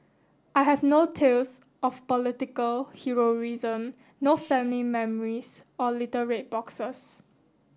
I have no tales of political heroism no family memories or little red boxes